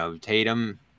Tatum